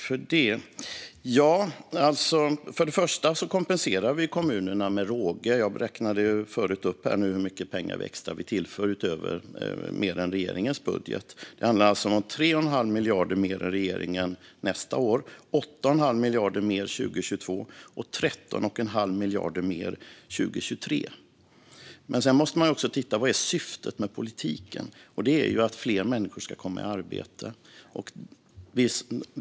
Fru talman! Först och främst kompenserar vi kommunerna med råge; jag räknade upp hur mycket mer pengar vi tillför jämfört med regeringens budget. Det handlar alltså om 3 1⁄2 miljard mer än regeringen nästa år, 8 1⁄2 miljard mer 2022 och 13 1⁄2 miljard mer 2023. Sedan måste man dock titta på vad som är syftet med politiken, och det är ju att fler människor ska komma i arbete.